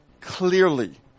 clearly